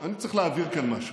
אני צריך להעביר כאן משהו,